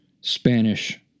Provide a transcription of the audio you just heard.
Spanish